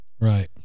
Right